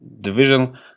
division